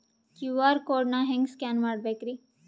QR code ನಾ ಹೆಂಗ scan ಮಾಡಬೇಕ್ರಿ?